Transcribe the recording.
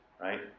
right